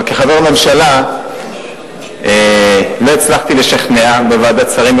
אבל כחבר הממשלה לא הצלחתי לשכנע בוועדת השרים,